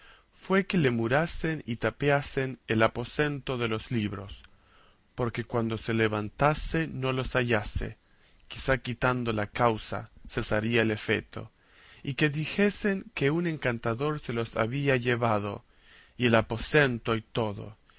fue que le murasen y tapiasen el aposento de los libros porque cuando se levantase no los hallase quizá quitando la causa cesaría el efeto y que dijesen que un encantador se los había llevado y el aposento y todo